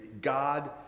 God